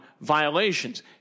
violations